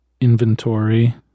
inventory